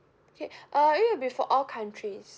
okay uh it'll be for all countries